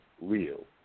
real